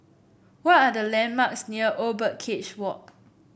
what are the landmarks near Old Birdcage Walk